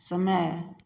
समय